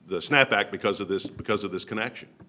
the snapback because of this because of this connection